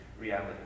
reality